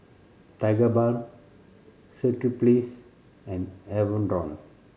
Tigerbalm Strepsils and Enervon